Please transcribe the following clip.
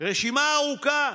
רשימה ארוכה,